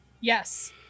Yes